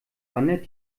wandert